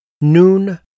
noon